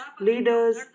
leaders